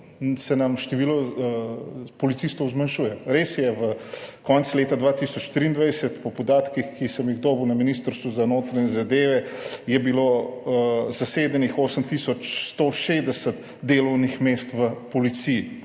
se nam število policistov zmanjšuje. Res je, konec leta 2023, po podatkih, ki sem jih dobil na Ministrstvu za notranje zadeve, je bilo zasedenih 8160 delovnih mest v Policiji.